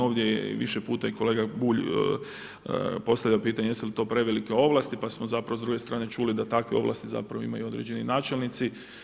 Ovdje je više puta i kolega Bulj, postavio pitanje, jesu li to prevelike ovlasti, pa samo zapravo s druge strane čuli da takve ovlasti, zapravo imaju odr3eđeni načelnici.